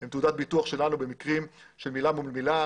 היא תעודת ביטוח שלנו במקרים של מילה מול מילה.